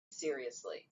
seriously